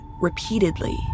repeatedly